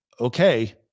okay